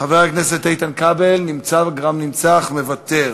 חבר הכנסת איתן כבל, נמצא גם נמצא, אך מוותר.